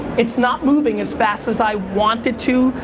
it's not moving as fast as i want it to,